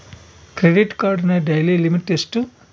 Credit ಕಾರ್ಡಿನ daily limit ಎಷ್ಟು?